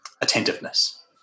attentiveness